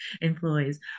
employees